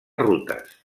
rutes